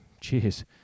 Cheers